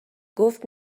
گفت